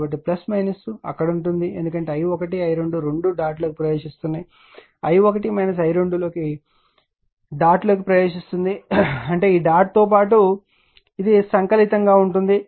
కాబట్టి అక్కడ ఉంటుంది ఎందుకంటే i1 i 2 రెండూ డాట్ లోకి ప్రవేశిస్తాయి i1 i2 డాట్ లోకి ప్రవేశిస్తుంది అంటే ఈ డాట్ తో పాటు ఇది సంకలితంగా ఉంటుంది